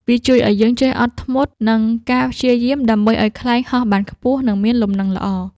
វាជួយឱ្យយើងចេះអត់ធ្មត់ និងការព្យាយាមដើម្បីឱ្យខ្លែងហោះបានខ្ពស់ និងមានលំនឹងល្អ។